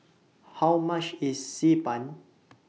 How much IS Xi Ban